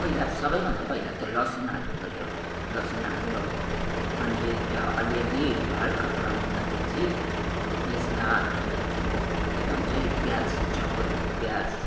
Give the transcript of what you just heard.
पहिला सबैभन्दा पहिला त लसुन हाल्नु पऱ्यो लसुन हाल्यो अनि अलि अलि हल्का ब्राउन भएपछि त्यसमा के भन्छ यो प्याज चप गरेको प्याज